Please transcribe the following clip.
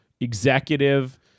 executive